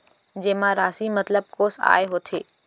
जेमा राशि मतलब कोस आय होथे?